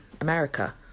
america